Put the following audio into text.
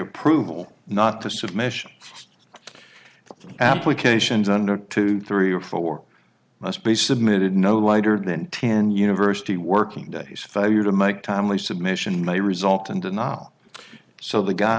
approval not to submission the applications under two three or four must be submitted no later than ten university working days failure to make timely submission may result in denial so the guy